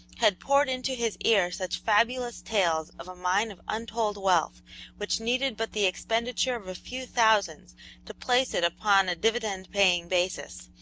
had poured into his ear such fabulous tales of a mine of untold wealth which needed but the expenditure of a few thousands to place it upon a dividend-paying basis,